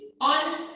on